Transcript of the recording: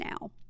now